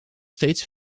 steeds